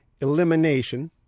Elimination